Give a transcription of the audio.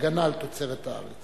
הגנה על תוצרת הארץ.